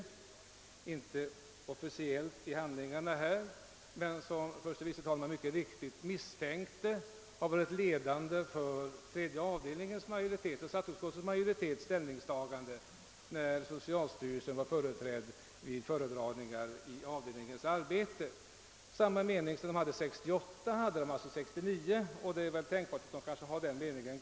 Detta sker visserligen inte officiellt i handlingarna i ärendet men denna ståndpunkt har, såsom herr förste vice talmannen mycket riktigt misstänkte, varit vägledande för tredje avdelningens och för statsutskottets majoritet. Denna ståndpunkt kom till uttryck genom före trädare för socialstyrelsen vid föredragningar under avdelningens arbete. Socialstyrelsen hade alltså samma mening 1968 som den har 1969, och det är tänkbart att den fortfarande har samma uppfattning.